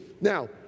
Now